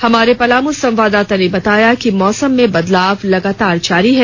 हमारे पलामू संवाददाता ने बताया कि मौसम में बदलाव लगातार जारी है